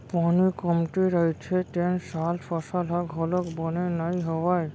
पानी कमती रहिथे तेन साल फसल ह घलोक बने नइ होवय